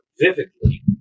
vividly